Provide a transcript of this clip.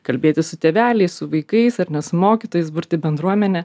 kalbėtis su tėveliais su vaikais ar ne su mokytojais burti bendruomenę